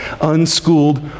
Unschooled